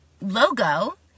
logo